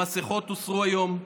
המסכות הוסרו היום.